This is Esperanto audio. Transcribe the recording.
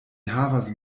havas